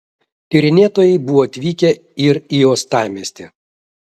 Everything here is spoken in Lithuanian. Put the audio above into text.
tyrinėtojai buvo atvykę ir į uostamiestį